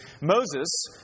Moses